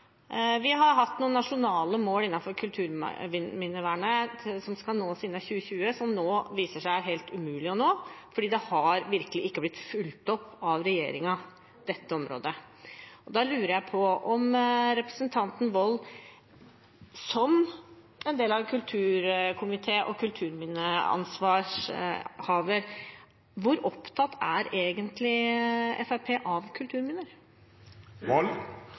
Vi har hatt noen nasjonale mål innenfor kulturminnevernet som skal nås innen 2020, som nå viser seg helt umulige å nå, fordi dette området ikke har blitt fulgt opp av regjeringen. Da lurer jeg på, til representanten Wold, som en del av kulturkomiteen og med ansvar for kulturminner: Hvor opptatt er egentlig Fremskrittspartiet av kulturminner?